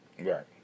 Right